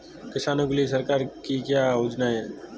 किसानों के लिए सरकार की क्या योजनाएं हैं?